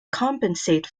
compensate